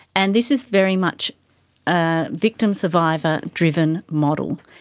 and this is very much a victim-survivor driven model.